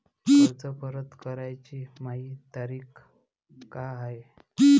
कर्ज परत कराची मायी तारीख का हाय?